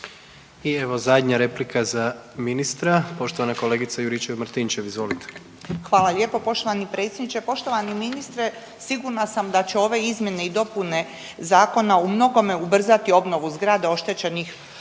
I evo zadnja replika za ministra, poštovana kolegica Juričev Martinčev, izvolite. **Juričev-Martinčev, Branka (HDZ)** Hvala lijepa poštovani predsjedniče. Poštovani ministre sigurna sam da će ove izmjene i dopune zakona u mnogome ubrzati obnovu zgrada oštećenih